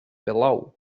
below